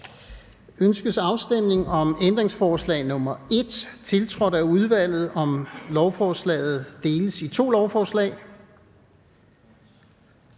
Ønskes afstemning om ændringsforslag nr. 1, tiltrådt af udvalget, om, at lovforslaget deles i to lovforslag?